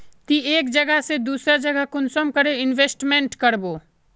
ती एक जगह से दूसरा जगह कुंसम करे इन्वेस्टमेंट करबो?